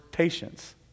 patience